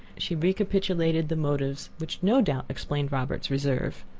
she recapitulated the motives which no doubt explained robert's reserve.